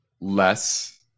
less